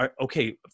okay